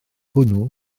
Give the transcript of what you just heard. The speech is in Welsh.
hwnnw